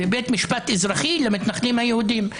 ובית משפט אזרחי למתנחלים היהודים.